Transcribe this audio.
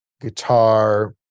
guitar